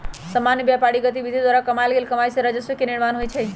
सामान्य व्यापारिक गतिविधि द्वारा कमायल गेल कमाइ से राजस्व के निर्माण होइ छइ